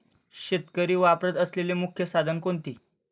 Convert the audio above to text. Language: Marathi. शेतकरी वापरत असलेले मुख्य साधन कोणते?